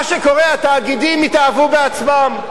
מה שקורה, התאגידים התאהבו בעצמם.